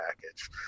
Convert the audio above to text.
package